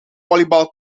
volleyball